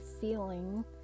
feeling